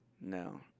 No